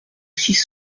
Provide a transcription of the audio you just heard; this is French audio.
six